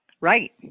Right